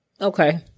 Okay